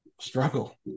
struggle